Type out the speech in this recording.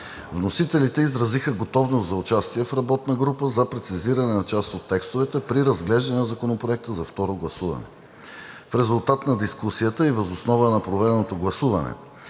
Вносителите изразиха готовност за участие в работна група за прецизиране на част от текстовете при разглеждане на Законопроекта за второ гласуване. В резултат на дискусията и въз основа на проведеното гласуване